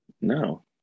No